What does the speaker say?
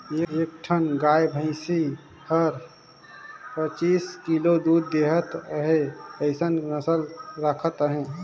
एक ठन गाय भइसी हर बीस, पचीस किलो दूद देहत हे अइसन नसल राखत अहे